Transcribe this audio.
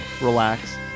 relax